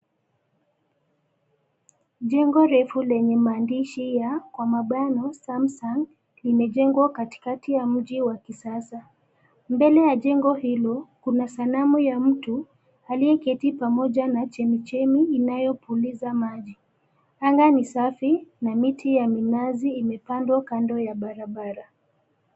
Jengo refu lenye maandishi ya kwa mabano Samsung , limejengwa katikati ya mji wa kisasa . Mbele ya jengo hilo kuna sanamu ya mtu , aliyeketi pamoja na chemi chemi inayopuliza maji. Anga ni safi, na miti ya minazi imepandwa kando ya barabara.